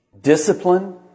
Discipline